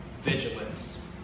vigilance